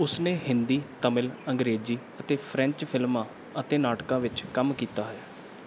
ਉਸ ਨੇ ਹਿੰਦੀ ਤਮਿਲ ਅੰਗਰੇਜ਼ੀ ਅਤੇ ਫ੍ਰੈਂਚ ਫ਼ਿਲਮਾਂ ਅਤੇ ਨਾਟਕਾਂ ਵਿੱਚ ਕੰਮ ਕੀਤਾ ਹੈ